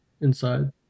inside